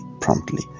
promptly